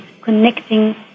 connecting